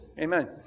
Amen